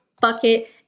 bucket